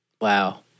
Wow